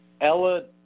Ella